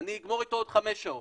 אני אגמור איתו בעוד חמש שעות.